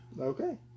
Okay